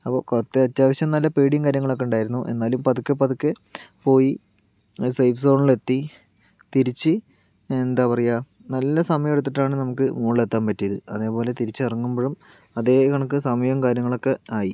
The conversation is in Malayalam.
അപ്പോൾ കുറച്ച് അത്യാവശ്യം നല്ല പേടിയും കാര്യങ്ങളൊക്കെ ഉണ്ടായിരുന്നു എന്നാലും പതുക്കെ പതുക്കെ പോയി സേഫ് സോണിൽ എത്തി തിരിച്ച് എന്താ പറയുക നല്ല സമയം എടുത്തിട്ടാണ് നമുക്ക് മുകളിൽ എത്താൻ പറ്റിയത് അതേപോലെ തിരിച്ച് ഇറങ്ങുമ്പോഴും അതേ കണക്ക് സമയം കാര്യങ്ങളൊക്കെ ആയി